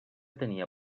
tenia